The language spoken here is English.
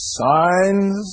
signs